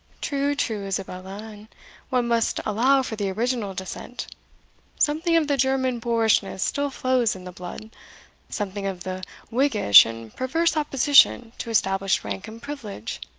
true, true, isabella and one must allow for the original descent something of the german boorishness still flows in the blood something of the whiggish and perverse opposition to established rank and privilege.